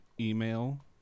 email